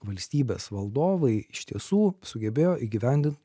valstybės valdovai iš tiesų sugebėjo įgyvendint